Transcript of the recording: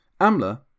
Amla